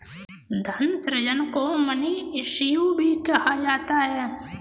धन सृजन को मनी इश्यू भी कहा जाता है